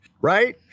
right